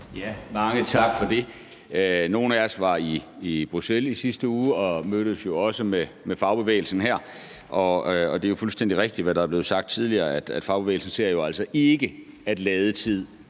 Mange tak for det. Nogle af os var i Bruxelles i sidste uge og mødtes jo også med fagbevægelsen der, og det er fuldstændig rigtigt, hvad der er blevet sagt tidligere: Fagbevægelsen ser jo altså ikke, at ladetid